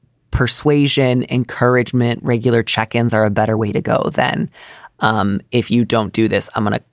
persuasion, encouragement, regular check ins are a better way to go than um if you don't do this. i'm going ah